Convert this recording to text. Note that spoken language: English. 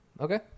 Okay